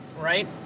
Right